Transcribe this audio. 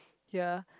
ya